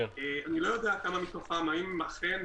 אני לא יודע כמה מתוכם האם אכן,